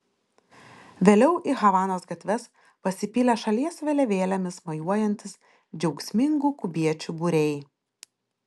vėliau į havanos gatves pasipylė šalies vėliavėlėmis mojuojantys džiaugsmingų kubiečių būriai